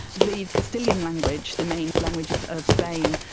the castilian language, the main language of of spain,